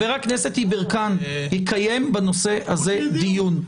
יתקיים בנושא הזה דיון.